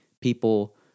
people